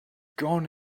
gone